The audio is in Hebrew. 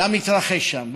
למתרחש שם.